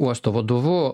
uosto vadovu